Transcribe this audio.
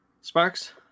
sparks